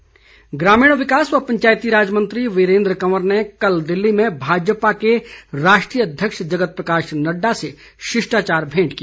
वीरेन्द्र कंवर ग्रामीण विकास व पंचायती राज मंत्री वीरेन्द्र कंवर ने कल दिल्ली में भाजपा के राष्ट्रीय अध्यक्ष जगत प्रकाश नड्डा से शिष्टाचार भेंट की